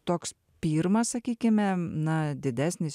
toks pirmas sakykime na didesnis